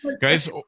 Guys